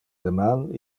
deman